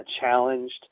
challenged